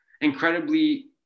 incredibly